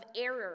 error